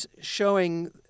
showing